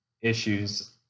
issues